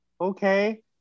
okay